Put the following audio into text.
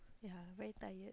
yeah very tired